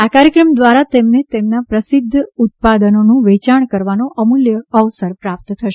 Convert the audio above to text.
આ કાર્યક્રમ દ્વારા તેમને તેમના પ્રસિદ્ધ ઉત્પાદનોનું વેચાણ કરવાનો અમૂલ્ય અવસર પ્રાપ્ત કરી શકાશે